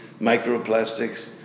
microplastics